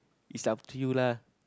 it's up to you lah